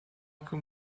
can